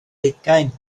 hugain